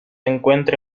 encuentra